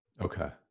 Okay